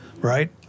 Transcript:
right